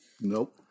Nope